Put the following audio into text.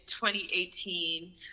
2018